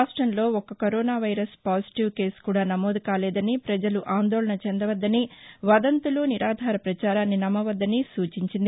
రాష్టంలో ఒక్క corona virus positive case కూడా నమోదు కాలేదని ప్రజలు ఆందోళన చెందవద్దని వదంతులు నిరాధార పచారాన్ని నమ్మవద్లని సూచిస్తుంది